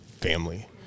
family